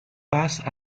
passent